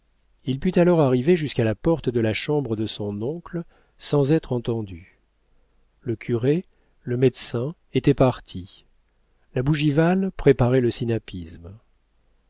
il put alors arriver jusqu'à la porte de la chambre de son oncle sans être entendu le curé le médecin étaient partis la bougival préparait le sinapisme